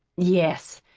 yes,